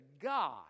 God